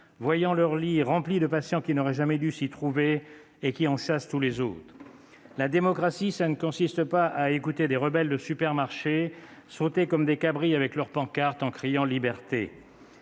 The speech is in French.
voyant leurs lits remplis de patients qui n'auraient jamais dû s'y trouver et qui en chassent tous les autres. La démocratie, ce n'est pas écouter des rebelles de supermarché sauter comme des cabris avec leurs pancartes en criant :« Liberté !